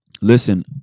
listen